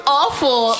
awful